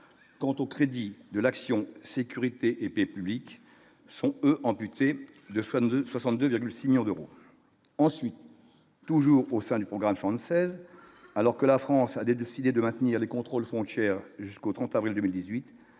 quant au crédit de l'action sécurité et public sont eux amputé de de 62,6 millions d'euros, ensuite, toujours au sein du programme française alors que la France a des décidé de maintenir les contrôles frontière jusqu'au 30 avril 2018